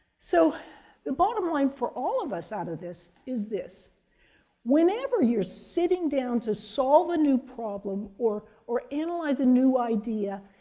so the bottom line for all of us out of this is this whenever you're sitting down to solve a new problem or or analyze a new idea,